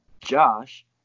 Josh